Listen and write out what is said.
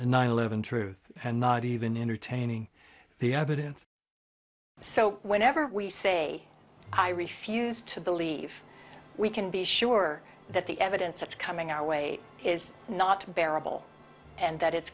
nine eleven truth and not even entertaining the evidence so whenever we say i refuse to believe we can be sure that the evidence that's coming our way is not bearable and that it's